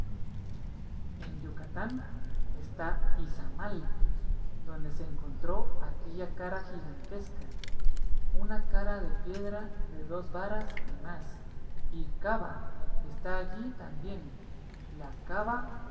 en yucatán está izamal donde se encontró aquella cara gigantesca una cara de piedra de dos varas y más y kabah está allí también la kabah